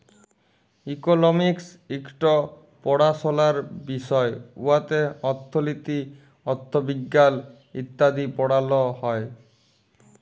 economics ইকট পাড়াশলার বিষয় উয়াতে অথ্থলিতি, অথ্থবিজ্ঞাল ইত্যাদি পড়াল হ্যয়